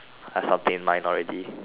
I have something in mind already